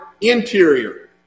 interior